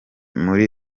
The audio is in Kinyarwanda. muri